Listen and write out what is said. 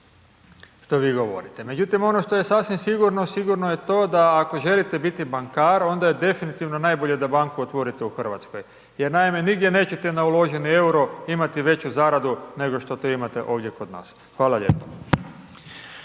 što vi govorite. Međutim, ono što je sasvim sigurno, sigurno je to da ako želite biti bankar onda je definitivno najbolje da banku otvorite u Hrvatskoj, jer naime nigdje neće na uloženi EUR-o imati veću zaradu nego što to imate ovdje kod nas. Hvala lijepa.